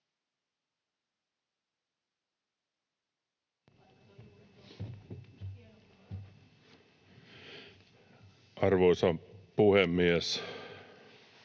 Arvoisa puhemies!